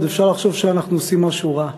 עוד אפשר לחשוב שאנחנו עושים משהו רע.